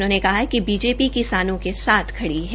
उन्होंने कहा कि बीजेपी किसानों के साथ खड़ी है